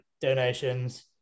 donations